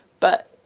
but